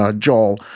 ah joel,